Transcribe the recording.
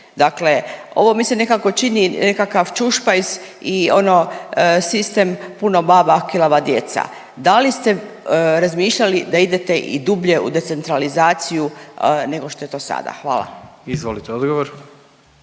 dakle ovo mi se nekako čini nekakav čušpajz i ono sistem „puno baba, a kilava djeca“. Da li ste razmišljali da idete i dublje u decentralizaciju nego što je to sada? Hvala. **Jandroković,